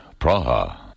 Praha